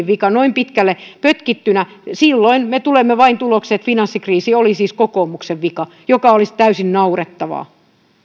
vika noin pitkälle pötkittynä me tulemme vain tulokseen että finanssikriisi oli siis kokoomuksen vika mikä olisi täysin naurettavaa